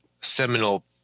seminal